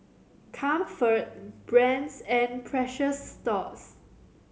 Comfort Brand's and Precious Thots